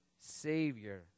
Savior